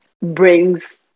brings